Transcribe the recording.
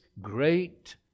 great